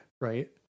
right